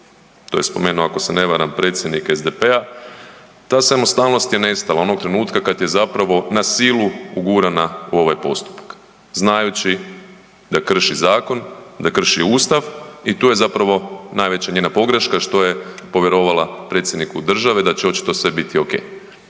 to je spomenuo ako se ne varam predsjednik SDP-a, ta samostalnost je nestala onog trenutka kad je zapravo na silu ugurana u ovaj postupak znajući da krši zakon, da krši Ustav i tu je zapravo najveća njena pogreška što je povjerovala predsjedniku države da će očito sve biti ok.